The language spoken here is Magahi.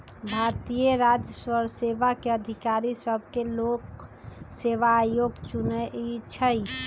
भारतीय राजस्व सेवा के अधिकारि सभके लोक सेवा आयोग चुनइ छइ